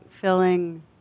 filling